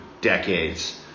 decades